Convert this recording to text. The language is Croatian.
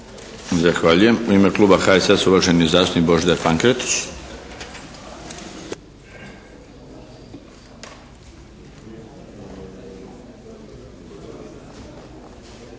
Zahvaljujem. U ime kluba HSS-a, uvaženi zastupnik Božidar Pankretić.